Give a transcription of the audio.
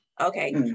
okay